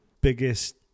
biggest